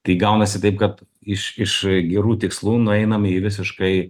tai gaunasi taip kad iš iš gerų tikslų nueinam į visiškai